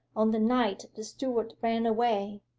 on the night the steward ran away.